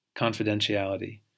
Confidentiality